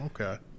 Okay